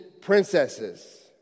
princesses